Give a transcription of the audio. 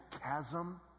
chasm